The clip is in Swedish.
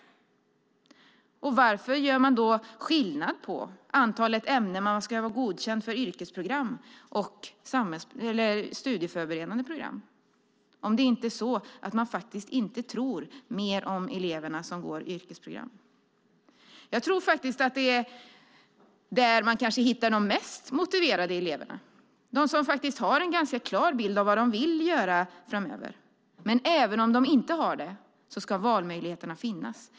Varför gör man då skillnad på antalet ämnen man ska vara godkänd i på yrkesprogram och studieförberedande program? Är det inte så att man faktiskt inte tror mer om de elever som går på yrkesprogram? Jag tror att det är på yrkesprogrammen man hittar de mest motiverade eleverna. De har en ganska klar bild av vad de vill göra framöver, men även om de inte har det ska valmöjligheterna finnas.